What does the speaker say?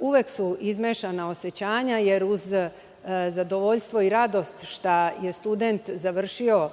uvek su izmešana osećanja, jer uz zadovoljstvo i radost što je student završio